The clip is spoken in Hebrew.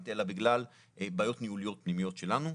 אלא בגלל בעיות ניהוליות פנימיות שלנו.